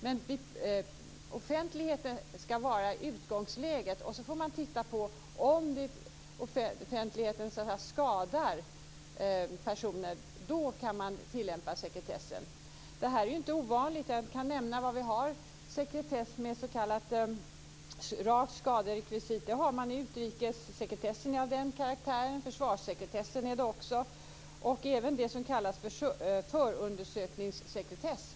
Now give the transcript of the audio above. Men offentligheten ska vara utgångsläget, och sedan får man titta på om offentligheten skadar personer och i så fall kunna tillämpa sekretessen. Detta är inte ovanligt. Vi har sekretess med s.k. rakt skaderekvisit i utrikessekretessen, i försvarssekretessen och även i det som kallas för förundersökningssekretess.